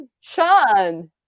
Sean